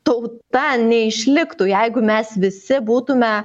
tauta neišliktų jeigu mes visi būtume